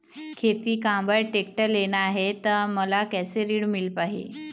खेती काम बर टेक्टर लेना ही त मोला कैसे ऋण मिल पाही?